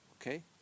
Okay